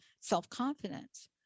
self-confidence